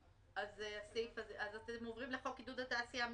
אז אתם עוברים לחוק עידוד התעשייה (מיסים)?